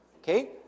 Okay